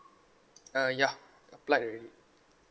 uh ya applied already